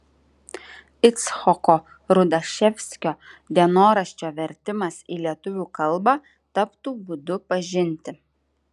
icchoko rudaševskio dienoraščio vertimas į lietuvių kalbą taptų būdu pažinti